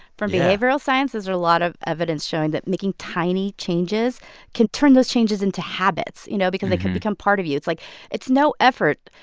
from behavioral sciences a lot of evidence showing that making tiny changes can turn those changes into habits, you know, because they can become part of you. it's like it's no effort.